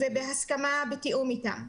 זה בהסכמה ובתיאום אתם.